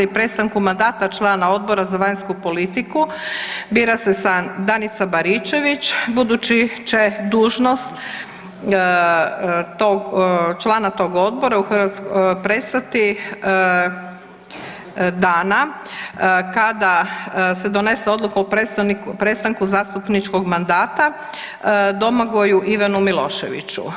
prestanku mandata člana Odbora za vanjsku politiku, bira se Danica Baričević budući će dužnost tog, člana tog odbora prestati dana kada se donese Odluka o prestanku zastupničkog mandata Domagoju Ivanu Miloševiću.